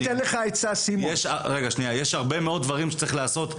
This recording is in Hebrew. יש הרבה מאוד דברים שצריך לעשות.